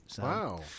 Wow